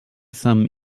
some